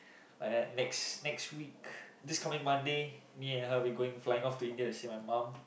like that next next week this coming Monday me and her we're going flying off to India to see my mum